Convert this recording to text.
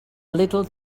little